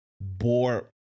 bore